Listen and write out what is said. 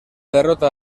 derrota